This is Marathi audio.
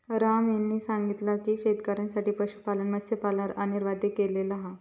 राम यांनी सांगितला हा की शेतकऱ्यांसाठी पशुपालन आणि मत्स्यपालन अनिवार्य केलेला हा